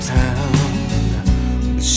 town